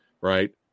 right